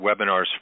webinars